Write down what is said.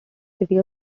city